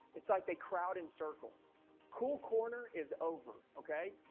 it's like they crowd in circles cool corner is over. okay.